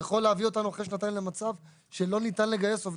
יכול להביא אותנו אחרי שנתיים למצב שלא ניתן לגייס עובדים.